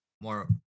more